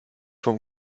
vom